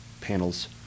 panels